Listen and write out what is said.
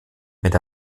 mit